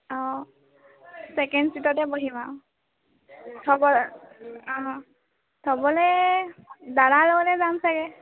অ second চিটতে বহিম আৰু হ'ব অ থ'বলৈ দাদাৰ লগতে যাম চাগৈ